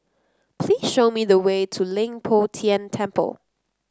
please show me the way to Leng Poh Tian Temple